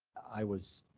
i was.